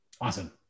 Awesome